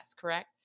correct